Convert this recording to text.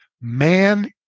Man